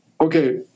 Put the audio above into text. Okay